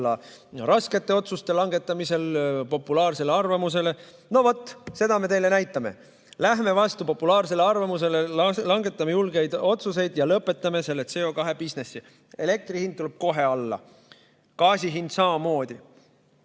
raskete otsuste langetamisel vastu populaarsele arvamusele. No vaat, seda me neile näitame! Lähme vastu populaarsele arvamusele, langetame julgeid otsuseid ja lõpetame selle CO2bisnise – elektri hind tuleb kohe alla, gaasi hind samamoodi.